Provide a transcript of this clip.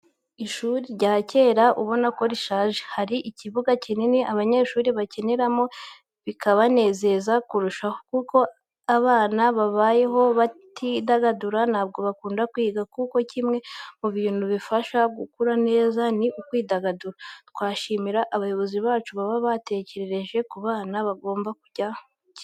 Ishuri rya kera ubona ko rishaje, hari ikibuga kinini abanyeshuri bakiniramo bikabanezeza kurushaho, kuko abana babayeho batidagadura ntabwo bakunda kwiga, kuko kimwe mu bintu bibafasha gukura neza ni ukwidagadura. Twashimira abayobozi bacu baba baratekereje ko abana bagomba kujya bakina.